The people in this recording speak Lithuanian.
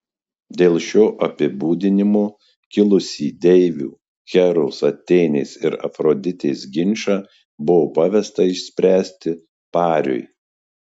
dėl šio apibūdinimo kilusį deivių heros atėnės ir afroditės ginčą buvo pavesta išspręsti pariui